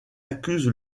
accuse